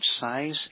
size